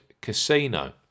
Casino